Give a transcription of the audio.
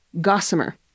gossamer